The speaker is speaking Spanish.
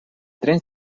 tren